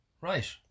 Right